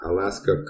Alaska